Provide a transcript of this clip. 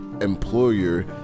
employer